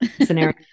scenario